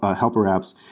ah helper apps,